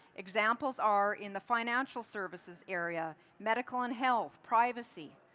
examples are in the financial services area. medical and health, privacy.